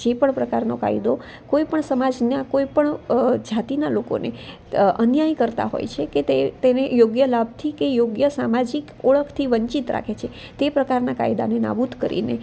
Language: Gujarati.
જે પણ પ્રકારનો કાયદો કોઈ પણ સમાજના કોઈ પણ જાતિના લોકોને અન્યાયકર્તા હોય છે કે તે તેને યોગ્ય લાભથી કે યોગ્ય સામાજિક ઓળખથી વંચિત રાખે છે તે પ્રકારના કાયદાને નાબૂદ કરીને